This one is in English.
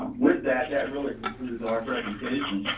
with that, that really concludes our presentation.